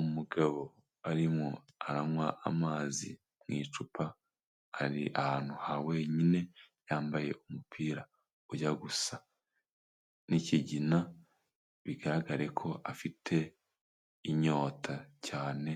Umugabo arimo aranywa amazi mu icupa ari ahantu hawenyine yambaye umupira ujya gusa nk'igina bigaragare ko afite inyota cyane